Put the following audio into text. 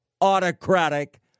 autocratic